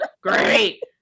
great